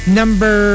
number